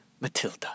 Matilda